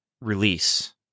release